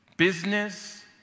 Business